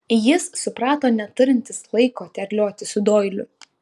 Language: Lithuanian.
jis suprato neturintis laiko terliotis su doiliu